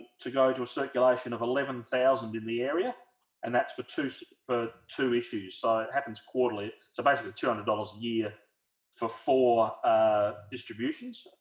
to go to a circulation of eleven thousand in the area and that's for two so for two issues so it happens quarterly so basically two hundred dollars a year for four ah distributions